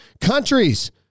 countries